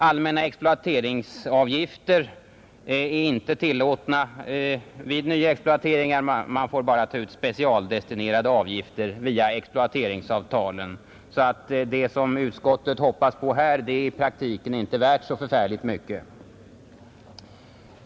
Allmänna exploateringsavgifter är inte tillåtna vid nyexploateringar, Man får bara ta ut specialdestinerade avgifter via exploateringsavtalen. Så det som utskottet hoppas på här är i praktiken inte värt så förfärligt mycket.